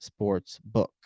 Sportsbook